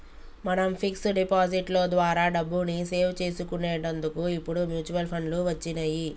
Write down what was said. మనం fix deposit లో ద్వారా డబ్బుని సేవ్ చేసుకునేటందుకు ఇప్పుడు మ్యూచువల్ ఫండ్లు వచ్చినియ్యి